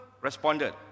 responded